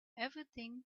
everything